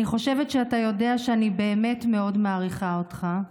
אני חושבת שאתה יודע שאני באמת מאוד מעריכה אותך.